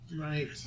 Right